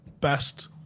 Best